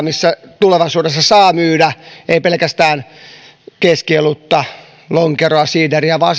missä tulevaisuudessa saa myydä ei pelkästään keskiolutta lonkeroa siideriä vaan